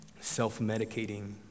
self-medicating